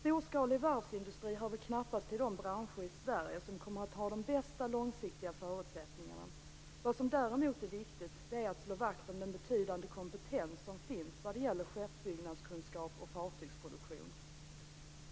Storskalig varvsindustri hör knappast till de branscher i Sverige som kommer att ha de bästa långsiktiga förutsättningarna. Vad som däremot är viktigt är att slå vakt om den betydande kompetens som finns när det gäller skeppsbyggnadskunskap och fartygsproduktion.